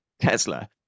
Tesla